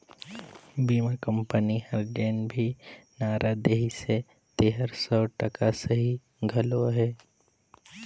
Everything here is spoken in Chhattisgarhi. बीमा कंपनी हर जेन भी नारा देहिसे तेहर सौ टका सही घलो अहे